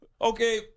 Okay